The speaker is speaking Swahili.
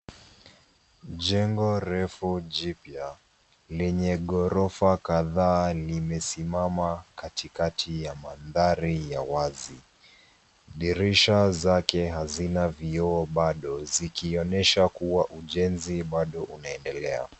Jengo refu jipya lenye ghorofa kadhaa limesimama katikati ya mandhari ya wazi. Dirisha zake hazina vioo bado, zikionyesha kuwa ujenzi bado unaendelea.